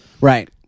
Right